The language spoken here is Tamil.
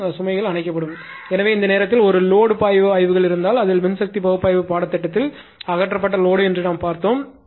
மற்றும் சுமைகள் அணைக்கப்படும் எனவே இந்த நேரத்தில் ஒரு லோடுபாய்வு ஆய்வுகள் இருந்தால் அதில் மின்சக்தி பகுப்பாய்வு பாடத்திட்டத்தில் அகற்றப்பட்ட லோடுஎன்று பார்த்தோம்